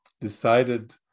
decided